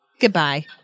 Goodbye